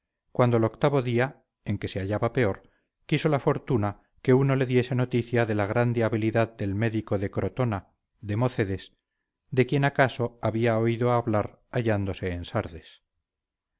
cuando al octavo día en que se hallaba peor quiso la fortuna que uno le diese noticia de la grande habilidad del médico de crotona democedes de quien acaso había oído hablar hallándose